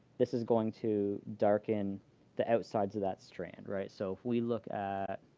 this is going to darken the outsides of that strand right? so if we look at